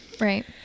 Right